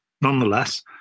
nonetheless